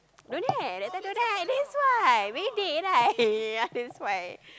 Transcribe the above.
don't have that time don't have that's why bedek right that's why